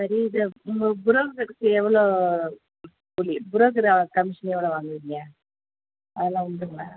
சரி புரோ புரோக்கருக்கு எவ்வளோ சரி புரோக்கர் கமிஷன் எவ்வளோ வாங்குவீங்க அதெல்லாம் உண்டுங்களா